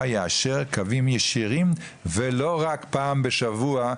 יאשר קווים ישירים ולא רק פעם בשבוע.